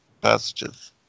passages